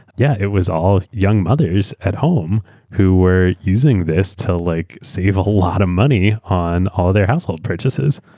yeah it was all young mothers at home who were using this to like save a whole lot of money on all their household purchases.